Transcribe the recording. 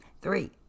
Three